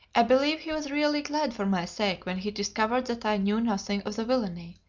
i believe he was really glad for my sake when he discovered that i knew nothing of the villainy.